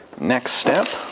next step